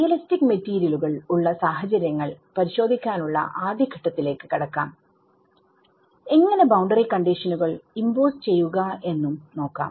realistic മെറ്റീരിയലുകൾ ഉള്ള സാഹചര്യങ്ങൾ പരിശോധിക്കാനുള്ള ആദ്യഘട്ടത്തിലേക്ക് കടക്കാം എങ്ങനെ ബൌണ്ടറി കണ്ടിഷനുകൾ ഇമ്പോസ് ചെയ്യുക എന്നും നോക്കാം